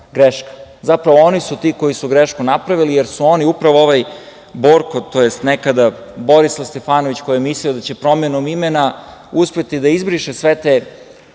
greška. Zapravo, oni su ti koji su grešku napravili, jer su oni upravo... Borko, to jest nekada Borislav Stefanović, koji je mislio da će promenom imena uspeti da izbriše sve te